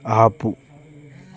ఆపు